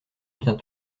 bien